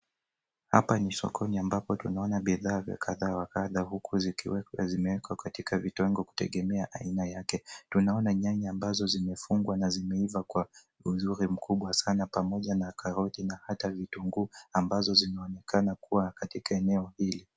Hapa ni sokoni ambapo tunaona bidhaa vya kadha wa kadha huku zimewekwa katika vitengo kutegemea aina yake. Tunaona nyanya ambazo zimefungwa na zimeiva kwa uzuri mkubwa sana, pamoja na karoti na hata vitunguu ambazo zinaonekana kuwa katika eneo hili.